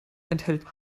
enthält